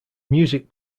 music